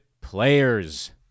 players